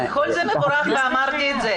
כל זה מבורך ואמרתי את זה